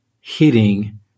hitting